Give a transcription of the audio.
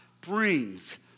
brings